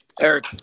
Eric